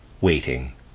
waiting